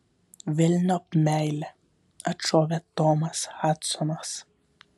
velniop meilę atšovė tomas hadsonas